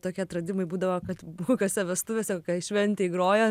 tokie atradimai būdavo kad kokiose vestuvėse šventėj groja